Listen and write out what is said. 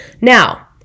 Now